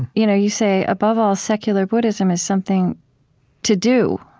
you know you say, above all, secular buddhism is something to do,